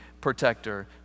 protector